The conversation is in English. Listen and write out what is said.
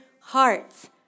hearts